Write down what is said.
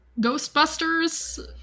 ghostbusters